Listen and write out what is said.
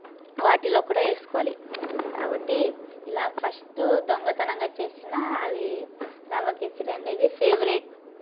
వాటిలో కూడా ఏసుకోవాలి కాబట్టి ఇలా ఫస్ట్ దొంగతనంగా చేసిన అది రవ్వ కేసరి అనేది ఫేవరెట్